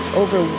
over